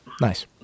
Nice